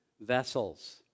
vessels